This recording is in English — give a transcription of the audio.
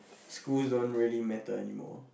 school don't really matter anymore